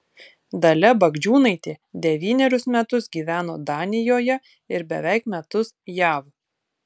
dalia bagdžiūnaitė devynerius metus gyveno danijoje ir beveik metus jav